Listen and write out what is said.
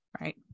Right